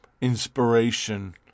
inspiration